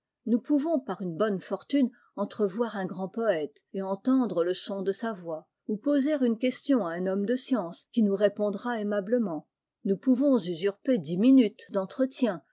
nous pouvons par une bonne fortune entrevoir un grand poète et entendre le son de sa voix ou poser une question à un homme de science qui nous répondra aimablement nous pouvons usurper dix minutes d'entretien